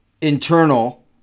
internal